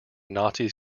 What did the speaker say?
nazis